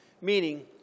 Meaning